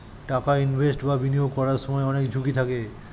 টাকা ইনভেস্ট বা বিনিয়োগ করার সময় অনেক ঝুঁকি থাকে